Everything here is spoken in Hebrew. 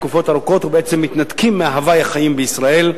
תקופות ארוכות ובעצם מתנתקים מהווי החיים בישראל,